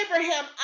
Abraham